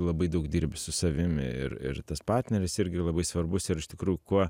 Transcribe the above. labai daug dirbi su savim ir ir tas partneris irgi labai svarbus ir iš tikrųjų kuo